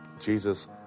Jesus